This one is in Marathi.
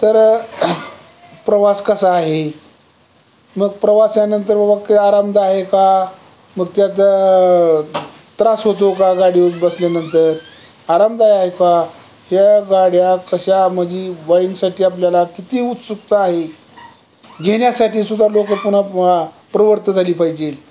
तर प्रवास कसा आहे मग प्रवास यानंतर बाबा आरामदायी आहे का मग त्यात त्रास होतो का गाडीवर बसल्यानंतर आरामदायक आहे का या गाड्या कशा म्हणजे वाईमसाठी आपल्याला किती उत्सुकता आहे घेण्यासाठी सुुद्धा लोकं पुन्हा प्रवृत्त झाली पाहिजेल